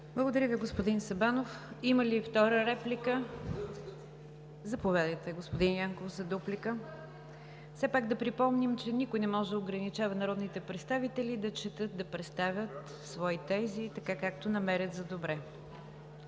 Благодаря Ви, господин Сабанов. Има ли втора реплика? Заповядайте, господин Янков, за дуплика. Все пак да припомним, че никой не може да ограничава народните представители да четат, да представят свои тези така, както намерят за добре.